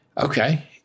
okay